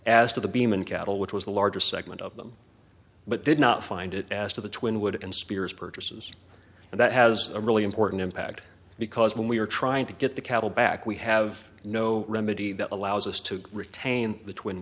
as to the beam and cattle which was the largest segment of them but did not find it asked of the twin wood and spears purchases and that has a really important impact because when we are trying to get the cattle back we have no remedy that allows us to retain the twin